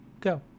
go